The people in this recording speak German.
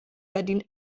verdient